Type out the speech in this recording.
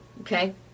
okay